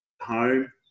home